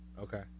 Okay